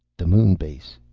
the moon base.